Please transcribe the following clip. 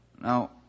Now